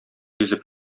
йөзеп